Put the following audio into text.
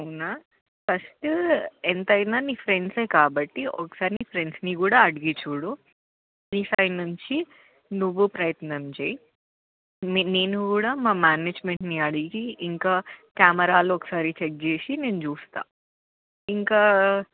అవునా ఫస్ట్ ఎంతైన నీ ఫ్రెండ్స్ కాబట్టి ఒకసారి నీ ఫ్రెండ్స్ని కూడా అడిగి చూడు నీ సైడ్ నుంచి నువ్వు ప్రయత్నం చేయి నే నేను కూడా మా మేనేజ్మెంట్ని అడిగి ఇంకా కామెరాలో ఒకసారి చెక్ చేసి నేను చూస్తాను ఇంకా